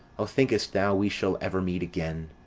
o, think'st thou we shall ever meet again?